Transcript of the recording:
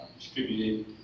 distributed